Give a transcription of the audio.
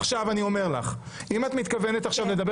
עכשיו אני אומר לך: אם את מתכוונת עכשיו לדבר